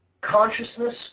consciousness